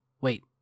Wait